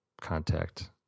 contact